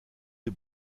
des